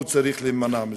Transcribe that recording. הוא צריך להימנע מזאת.